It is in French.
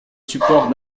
supports